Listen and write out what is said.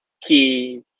key